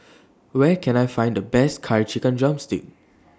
Where Can I Find The Best Curry Chicken Drumstick